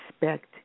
respect